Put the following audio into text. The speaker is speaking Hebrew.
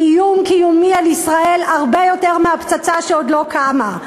היא איום קיומי על ישראל הרבה יותר מהפצצה שעוד לא קמה.